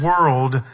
world